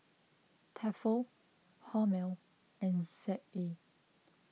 Tefal Hormel and Z A